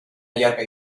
llarga